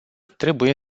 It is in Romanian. trebuie